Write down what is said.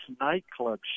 nightclub